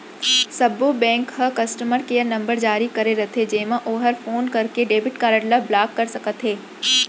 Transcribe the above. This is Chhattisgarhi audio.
सब्बो बेंक ह कस्टमर केयर नंबर जारी करे रथे जेमा ओहर फोन करके डेबिट कारड ल ब्लाक कर सकत हे